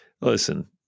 Listen